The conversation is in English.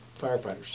firefighters